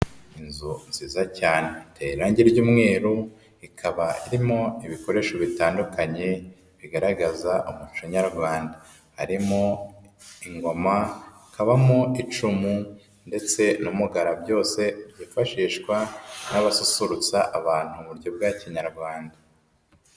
Inzu nziza cyane iteye irangi ry'umweru ikaba irimo ibikoresho bitandukanye bigaragaza umuco Nyarwanda, harimo ingoma, hakabamo icumu, ndetse n'umugara byose byifashishwa n'abasusurutsa abantu mu buryo bwa Kinyarwanda.